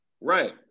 right